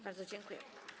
Bardzo dziękuję.